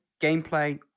Gameplay